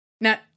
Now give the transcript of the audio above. Now